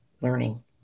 learning